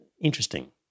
interesting